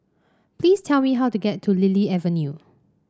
please tell me how to get to Lily Avenue